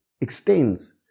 extends